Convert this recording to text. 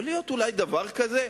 יכול להיות אולי דבר כזה?